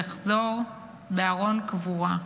יחזור בארון קבורה.